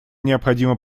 необходимо